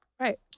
Right